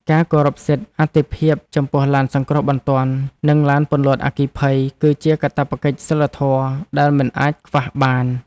ការគោរពសិទ្ធិអាទិភាពចំពោះឡានសង្គ្រោះបន្ទាន់ និងឡានពន្លត់អគ្គិភ័យ គឺជាកាតព្វកិច្ចសីលធម៌ដែលមិនអាចខ្វះបាន។